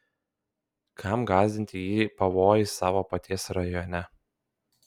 kam gąsdinti jį pavojais savo paties rajone